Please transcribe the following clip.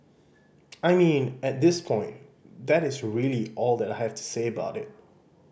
I mean at this point that is really all that I have to say about it